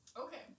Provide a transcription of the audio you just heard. Okay